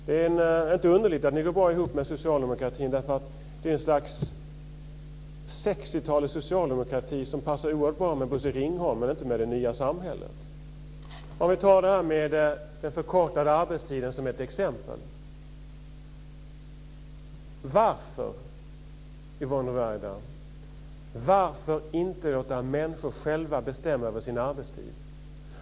Det är inte underligt att ni går bra ihop med socialdemokratin, därför att detta är ett slags 60-talets socialdemokrati som passar oerhört bra med Bosse Ringholm, men inte med det nya samhället. Vi kan ta den förkortade arbetstiden som exempel. Varför, Yvonne Ruwaida, inte låta människor själva bestämma över sina arbetstider?